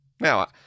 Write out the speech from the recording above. Now